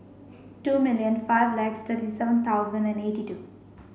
two million five lakh thirty seven thousand and eighty two